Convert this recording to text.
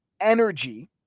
energy